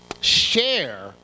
share